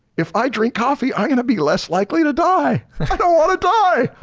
if i drink coffee i'm gonna be less likely to die. i don't want to die,